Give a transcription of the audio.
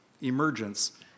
emergence